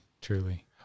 truly